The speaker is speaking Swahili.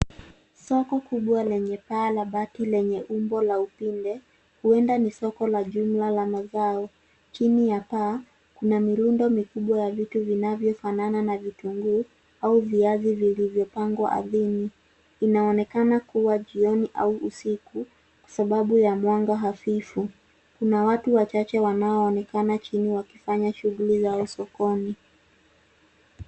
Soko kubwa lenye paa la bati lenye umbo la upinde, huenda ni soko la jumla la mazao. Chini ya paa kuna mirundo mikubwa ya vitu vinavyofanana na vitunguu au viazi vilivyopangwa ardhini. Inaonekana kuwa jioni au usiku kwa sababu ya mwanga hafifu. Kuna watu wachache wanaoonekana chini wakifanya shughuli zao sokoni.